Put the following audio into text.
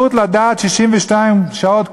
ואי-אפשר למנוע ממני את הזכות לקבל שירות רפואי.